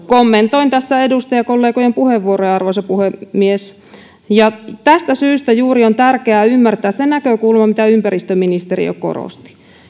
kommentoin tässä edustajakollegojen puheenvuoroja arvoisa puhemies juuri tästä syystä on tärkeää ymmärtää se näkökulma mitä ympäristöministeriö korosti